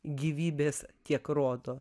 gyvybės tiek rodo